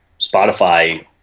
Spotify